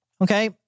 Okay